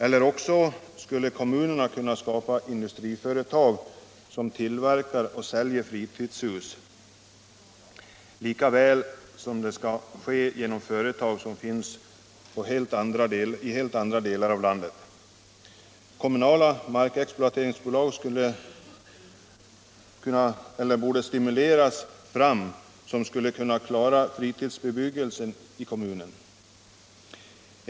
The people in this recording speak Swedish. Eller också skulle kommunerna kunna skapa industriföretag som tillverkar och säljer fritidshus, lika väl som det sker genom företag i helt andra delar av landet. Kommunala markexploateringsbolag, som skulle kunna klara fritidsbebyggelsen i kommunen, borde stimuleras fram.